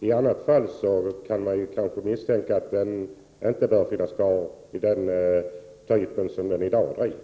I annat fall kan man kanske misstänka att den inte anses böra vara kvar i den form som den i dag har.